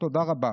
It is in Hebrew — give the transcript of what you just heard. תודה רבה.